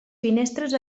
finestres